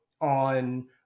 on